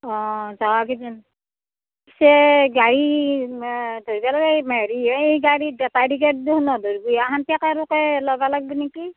অ পিছে গাড়ী হেৰি এই গাড়ীত লাগিব নেকি